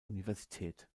universität